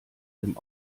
dem